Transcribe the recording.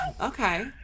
Okay